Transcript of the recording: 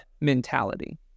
mentality